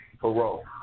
parole